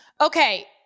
Okay